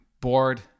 bored